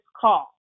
call